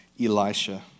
Elisha